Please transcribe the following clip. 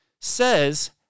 says